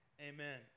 Amen